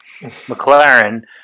McLaren